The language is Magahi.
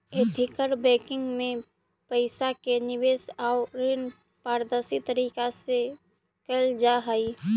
एथिकल बैंकिंग में पइसा के निवेश आउ ऋण पारदर्शी तरीका से कैल जा हइ